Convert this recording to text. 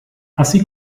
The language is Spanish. así